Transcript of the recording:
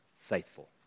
faithful